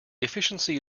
efficiency